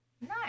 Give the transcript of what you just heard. nice